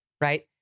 right